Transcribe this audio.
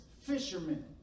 fishermen